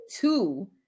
two